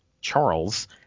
Charles